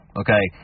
okay